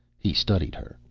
he studied her.